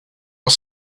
was